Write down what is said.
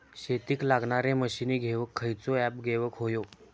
शेतीक लागणारे मशीनी घेवक खयचो ऍप घेवक होयो?